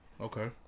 okay